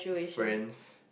friends